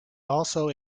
also